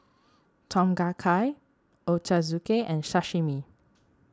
Tom Kha Kai Ochazuke and Sashimi